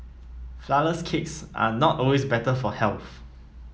flourless cakes are not always better for health